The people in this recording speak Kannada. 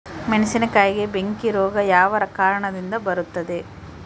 ಮೆಣಸಿನಕಾಯಿಗೆ ಬೆಂಕಿ ರೋಗ ಯಾವ ಕಾರಣದಿಂದ ಬರುತ್ತದೆ?